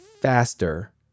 faster